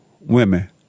women